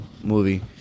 movie